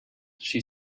she